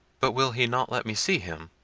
but will he not let me see him?